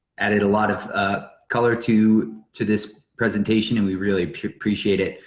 added a lot of ah color to to this presentation and we really appreciate it.